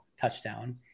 touchdown